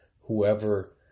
whoever